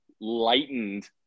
lightened